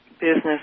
business